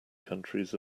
countries